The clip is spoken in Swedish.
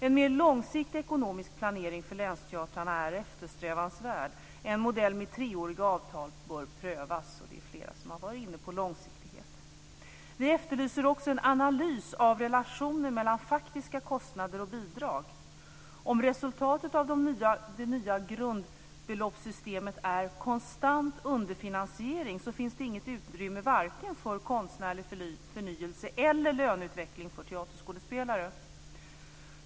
En mer långsiktig ekonomisk planering för länsteatrarna är eftersträvansvärd. En modell med treåriga avtal bör prövas. Vi är flera som har varit inne på långsiktighet. Vi efterlyser också en analys av relationen mellan faktiska kostnader och bidrag. Om resultatet av det nya grundbeloppssystemet är konstant underfinansiering finns det inget utrymme för vare sig konstnärlig förnyelse eller löneutveckling för teaterskådespelare.